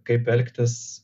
kaip elgtis